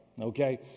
Okay